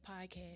podcast